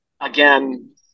again